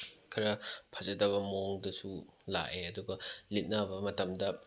ꯈꯔ ꯐꯖꯗꯕ ꯃꯑꯣꯡꯗꯁꯨ ꯂꯥꯛꯑꯦ ꯑꯗꯨꯒ ꯂꯤꯠꯅꯕ ꯃꯇꯝꯗ